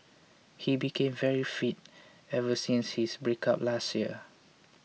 he became very fit ever since his breakup last year